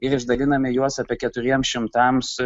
ir išdaliname juos apie keturiem šimtams